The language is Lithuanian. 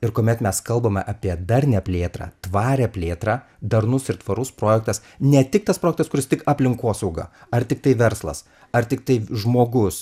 ir kuomet mes kalbame apie darnią plėtrą tvarią plėtrą darnus ir tvarus projektas ne tik tas projektas kuris tik aplinkosauga ar tiktai verslas ar tiktai žmogus